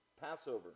Passover